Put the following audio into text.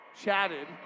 chatted